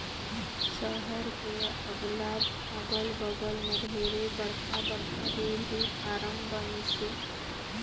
सहर के अगल बगल में ढेरे बड़खा बड़खा डेयरी फारम बनिसे